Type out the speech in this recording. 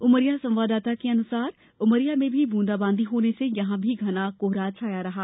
उमरिया संवाददाता की रिपोर्ट के अनुसार उमरिया में भी ब्रंदाबांदी होने से यहां भी घना कोहरा छाया रहा